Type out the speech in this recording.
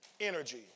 energy